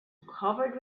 covered